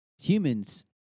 humans